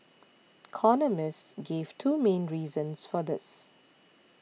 economists gave two main reasons for this